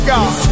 God